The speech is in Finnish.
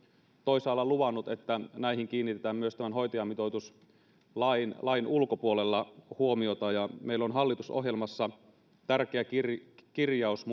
toisaalla luvannut että näihin kiinnitetään myös tämän hoitajamitoituslain ulkopuolella huomiota meillä on hallitusohjelmassa tärkeä kirjaus